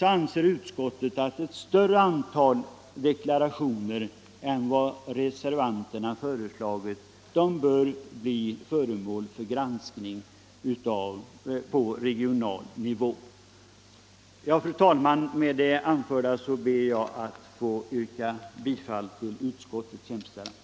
anser utskottet att ett större antal deklarationer än vad reservanterna har föreslagit bör bli föremål för granskning på regional nivå. Fru talman! Med det anförda ber jag att få yrka bifall till vad utskottet hemställt.